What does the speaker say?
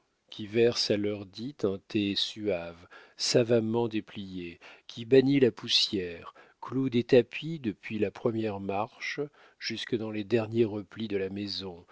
qui verse à l'heure dite un thé suave savamment déplié qui bannit la poussière cloue des tapis depuis la première marche jusque dans les derniers replis de la maison